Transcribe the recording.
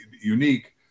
unique